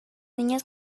niños